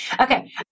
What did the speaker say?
okay